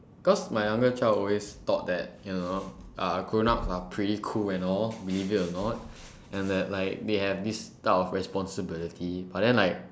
because my younger child always thought that you know uh grownups are pretty cool and all believe it or not and that like they have like this type of responsibility but then like